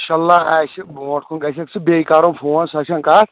انشاء اللہ آسہِ برونٹھ کُن گَژھکھ ژٕ بیٚیہِ کَرُن فون سۄ چھنہٕ کَتھ